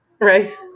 right